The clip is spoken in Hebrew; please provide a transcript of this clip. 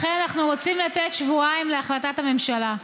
לכן אנחנו רוצים לתת שבועיים להחלטת הממשלה.